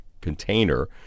container